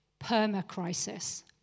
perma-crisis